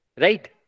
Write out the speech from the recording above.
Right